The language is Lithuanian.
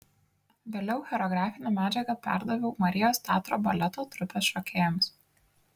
vėliau choreografinę medžiagą perdaviau marijos teatro baleto trupės šokėjams